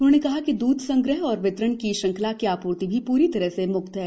उन्होंने कहा कि द्ध संग्रह और वितरण की श्रृंखला की आपूर्ति भी पूरी तरह से मुक्त है